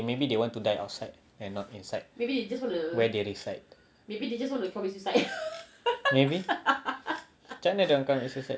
maybe they want to die outside and not inside commit suicide maybe macam mana dia orang commit suicide